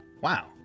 Wow